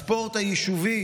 הספורט היישובי,